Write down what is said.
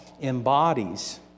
embodies